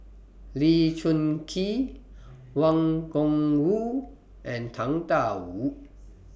Lee Choon Kee Wang Gungwu and Tang DA Wu